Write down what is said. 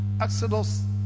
Exodus